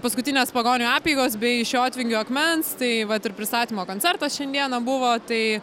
paskutinės pagonių apeigos bei iš jotvingių akmens tai vat ir pristatymo koncertas šiandieną buvo tai